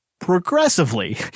progressively